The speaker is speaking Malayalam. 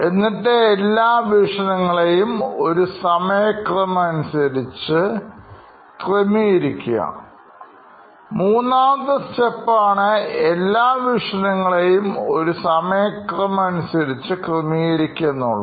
എന്നിട്ടേ എല്ലാം വീക്ഷണങ്ങളെയും ഒരു സമയ ക്രമം അനുസരിച്ച് ക്രമീകരിക്കുക മൂന്നാമത്തെ സ്റ്റെപ്പ് ആണ് എല്ലാം വീക്ഷണങ്ങളെയും ഒരു സമയക്രമം അനുസരിച്ച് ക്രമീകരിക്കുക എന്നുള്ളത്